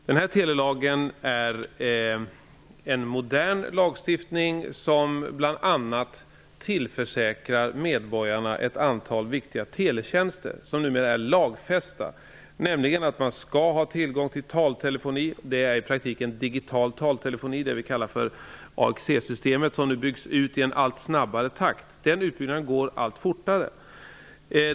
Det är en modern lagstiftning som bl.a. tillförsäkrar medborgarna ett antal viktiga teletjänster, som numera är lagfästa: Man skall ha tillgång till taltelefoni; det är i praktiken digital taltelefoni, vad vi kallar för AXE-systemet, som nu byggs ut i en allt snabbare takt -- utbyggnaden går allt fortare.